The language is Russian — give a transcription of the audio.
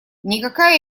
никакая